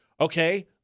Okay